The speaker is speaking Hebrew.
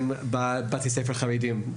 הם מבתי הספר החרדים.